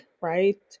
right